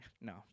no